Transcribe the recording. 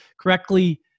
correctly